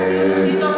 אני ממש מאוכזבת.